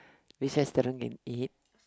which restaurant can eat